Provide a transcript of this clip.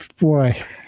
boy